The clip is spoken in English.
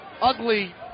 ugly